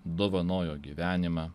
dovanojo gyvenimą